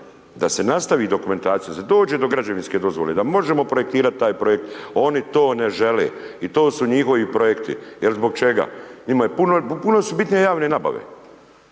da se nastavi dokumentacija, da se dođe do građevinske dozvole, da možemo projektirat taj projekt, oni to ne žele i to su njihovi projekti jel zbog čega, njima je puno, puno su bitnije javne nabave,